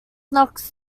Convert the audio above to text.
knocks